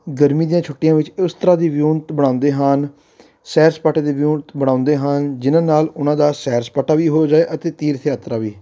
ਗਰਮੀ ਦੀਆਂ ਛੁੱਟੀਆਂ ਵਿੱਚ ਉਸ ਤਰ੍ਹਾਂ ਦੀ ਵਿਉਂਤ ਬਣਾਉਂਦੇ ਹਨ ਸੈਰ ਸਪਾਟੇ ਦੀ ਵਿਉਂਤ ਬਣਾਉਂਦੇ ਹਨ ਜਿਨ੍ਹਾਂ ਨਾਲ ਉਹਨਾਂ ਦਾ ਸੈਰ ਸਪਾਟਾ ਵੀ ਹੋ ਜਾਏ ਅਤੇ ਤੀਰਥ ਯਾਤਰਾ ਵੀ